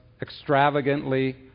extravagantly